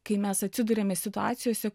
kai mes atsiduriame situacijose